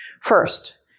First